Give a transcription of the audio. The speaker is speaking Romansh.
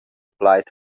plaid